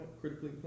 Critically